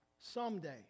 Someday